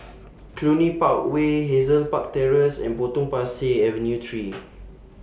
Cluny Park Way Hazel Park Terrace and Potong Pasir Avenue three